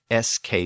sk